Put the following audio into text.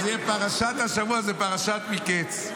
פרשת השבוע היא פרשת מקץ.